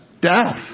Death